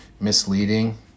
misleading